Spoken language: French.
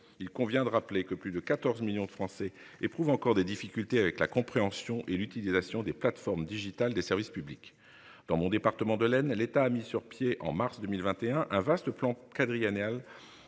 Il convient de rappeler que plus de 14 millions de Français éprouvent encore des difficultés avec la compréhension et l'utilisation des plateformes digitales des services publics dans mon département de laine, l'État a mis sur pied en mars 2021 un vaste plan quadriennal